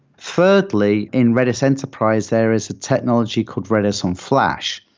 thirdly, in redis enterprise, there is technology called redis on flash.